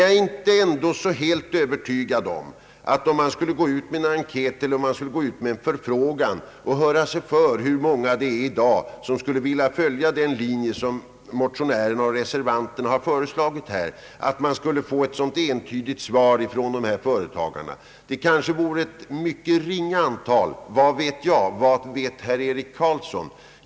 Jag är emellertid inte helt övertygad om att man, om man skulle gå ut och höra sig för hur många det i dag är som skulle vilja följa den linje motionärerna och reservanterna har föreslagit, finge ett entydigt svar från berörda företagare. Det kanske vore ett mycket ringa antal — vad vet jag, vad vet herr Eric Carlsson?